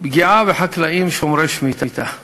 הפגיעה בחקלאים שומרי שמיטה.